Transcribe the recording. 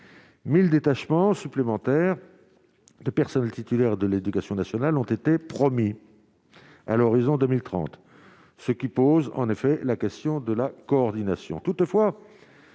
1000 détachements supplémentaires de personnes titulaires de l'Éducation nationale ont été promis à l'horizon 2030, ce qui pose en effet la question de la coordination